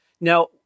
Now